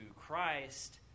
christ